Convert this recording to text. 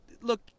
look